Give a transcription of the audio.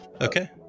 Okay